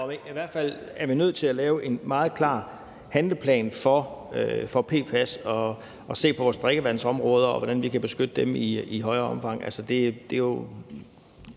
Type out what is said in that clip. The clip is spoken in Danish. i hvert fald er vi nødt til at lave en meget klar handleplan for PFAS og se på vores drikkevandsområder, og hvordan vi kan beskytte dem i større omfang.